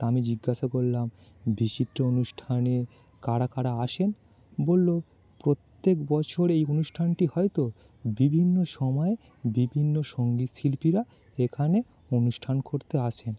তা আমি জিজ্ঞাসা করলাম বিচিত্রা অনুষ্ঠানে কারা কারা আসেন বলল প্রত্যেক বছর এই অনুষ্ঠানটি হয় তো বিভিন্ন সময় বিভিন্ন সঙ্গীত শিল্পীরা এখানে অনুষ্ঠান করতে আসেন